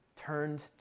turned